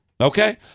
okay